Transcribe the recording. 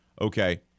okay